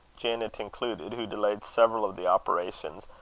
janet included, who delayed several of the operations,